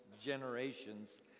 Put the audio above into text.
generations